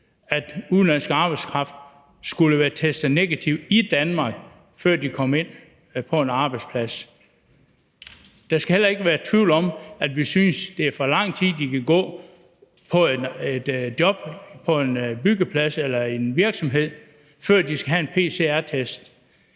at udenlandsk arbejdskraft skulle være testet negativ i Danmark, før de kom ind på en arbejdsplads. Der skal heller ikke være tvivl om, at vi synes, det er for lang tid, de kan gå i et job – på en byggeplads eller i en virksomhed – før de skal have en pcr-test.